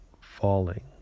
falling